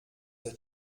the